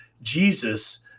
jesus